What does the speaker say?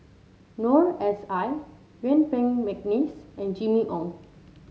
Noor S I Yuen Peng McNeice and Jimmy Ong